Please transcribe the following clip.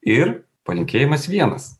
ir palinkėjimas vienas